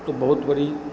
तो बहुत बड़ी